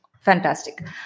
Fantastic